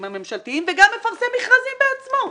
הממשלתיים וגם מפרסם מכרזים בעצמו.